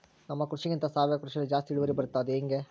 ನಮ್ಮ ಕೃಷಿಗಿಂತ ಸಾವಯವ ಕೃಷಿಯಲ್ಲಿ ಜಾಸ್ತಿ ಇಳುವರಿ ಬರುತ್ತಾ ಅದು ಹೆಂಗೆ?